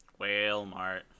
Walmart